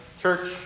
church